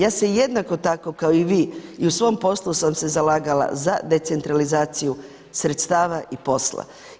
Ja se jednako tako kao i vi i u svom poslu sam se zalagala za decentralizaciju sredstava i posla.